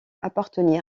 appartenir